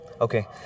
Okay